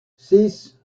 six